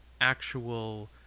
actual